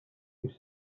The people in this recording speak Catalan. qui